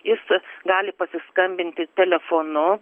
jis gali pasiskambinti telefonu